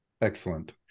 Excellent